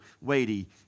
weighty